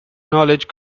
knowledge